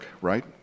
right